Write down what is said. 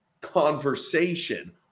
conversation